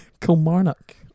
Kilmarnock